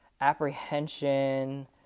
apprehension